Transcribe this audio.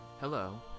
Hello